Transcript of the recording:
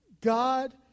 God